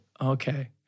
Okay